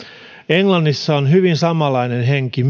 englannissa on hyvin samanlainen henki